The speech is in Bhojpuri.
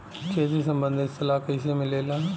खेती संबंधित सलाह कैसे मिलेला?